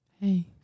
Hey